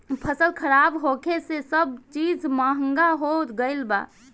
फसल खराब होखे से सब चीज महंगा हो गईल बा